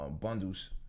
Bundles